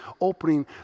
opening